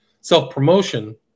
self-promotion